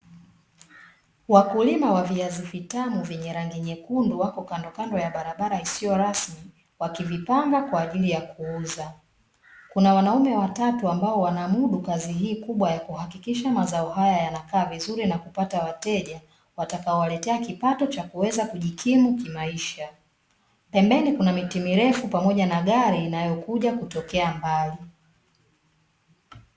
Wakulima wa viazi vitamu vyenye rangi nyekundu wako kandokando ya barabara isiyo rasmi, wakivipanga kwa ajili ya kuuza. Kuna wanaume watatu ambao wanamudu kazi hii kubwa ya kuhakikisha mazao haya yanakaa vizuri na kupata wateja, watakaowaletea kipatao cha kuweza kujikimu kimaisha. Pembeni kuna miti mirefu pamoja na gari inayokuja kutokea mbali.